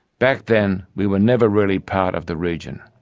back then we were never really part of the region.